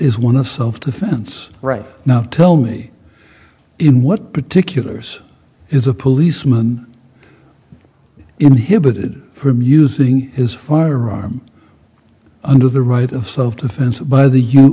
is one of self defense right now tell me in what particulars is a policeman inhibited from using his firearm under the right of self defense